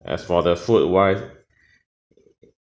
as for the food wise